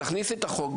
תכניס את החוק,